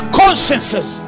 consciences